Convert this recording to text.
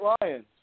Lions